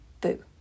Boo